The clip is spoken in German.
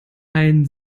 ein